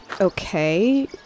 Okay